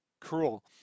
cruel